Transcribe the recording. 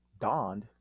donned